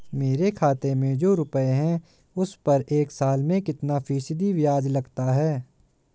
मेरे खाते में जो रुपये हैं उस पर एक साल में कितना फ़ीसदी ब्याज लगता है?